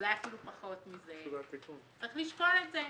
אולי אפילו פחות מזה, צריך לשקול את זה,